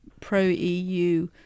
pro-eu